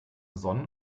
sonn